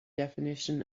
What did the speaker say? definition